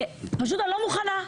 פשוט אני לא מוכנה.